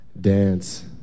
dance